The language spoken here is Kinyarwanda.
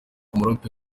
umuraperi